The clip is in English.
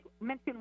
mention